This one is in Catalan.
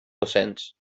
docents